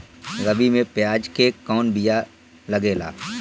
रबी में प्याज के कौन बीया लागेला?